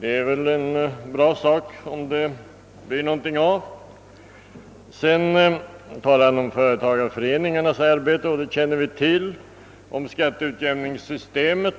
Det är nog en bra sak, om det blir någonting av. Sedan talar han om företagarföreningarnas arbete, som vi känner till, om skatteutjämningssystemet